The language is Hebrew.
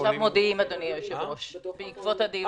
עכשיו מודיעים, אדוני היושב-ראש, בעקבות הדיון.